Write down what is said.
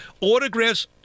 autographs